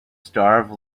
starve